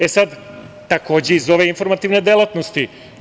E, sad takođe iz ove informativne delatnosti.